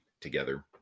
together